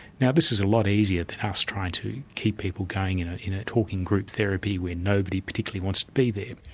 now this is a lot easier than us trying to keep people going in ah in a talking group therapy where nobody particularly wants to be there.